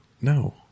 no